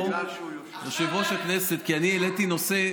כי אני העליתי נושא,